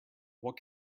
what